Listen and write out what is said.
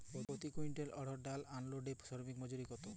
প্রতি কুইন্টল অড়হর ডাল আনলোডে শ্রমিক মজুরি কত?